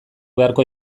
beharko